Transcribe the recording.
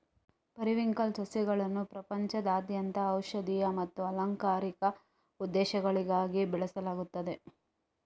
periwinkle ಸಸ್ಯಗಳನ್ನು ಪ್ರಪಂಚದಾದ್ಯಂತ ಔಷಧೀಯ ಮತ್ತು ಅಲಂಕಾರಿಕ ಉದ್ದೇಶಗಳಿಗಾಗಿ ಬೆಳೆಸಲಾಗುತ್ತದೆ